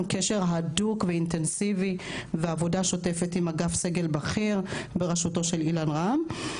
קשר הדוק ואינטנסיבי ועבודה שוטפת עם אגף סגל בכיר בראשותו של אילן רעם.